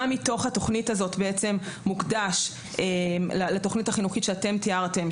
מה מתוך התוכנית הזאת בעצם מוקדש לתוכנית החינוכית שאתם תיארתם,